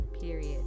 period